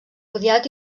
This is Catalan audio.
odiat